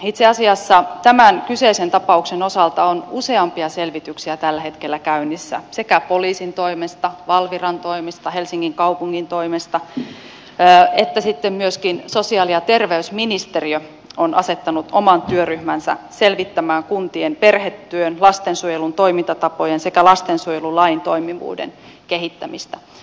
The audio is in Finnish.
itse asiassa tämän kyseisen tapauksen osalta on useampia selvityksiä tällä hetkellä käynnissä poliisin toimesta valviran toimesta helsingin kaupungin toimesta ja myöskin sosiaali ja terveysministeriö on asettanut oman työryhmänsä selvittämään kuntien perhetyön lastensuojelun toimintatapojen sekä lastensuojelulain toimivuuden kehittämistä